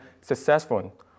successful